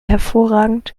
hervorragend